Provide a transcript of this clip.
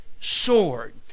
sword